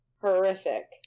horrific